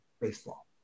baseball